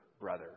brother